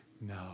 No